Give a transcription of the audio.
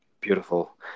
Beautiful